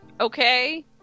Okay